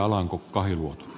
arvoisa puhemies